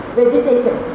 vegetation